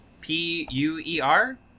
P-U-E-R